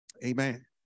Amen